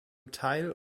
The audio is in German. teil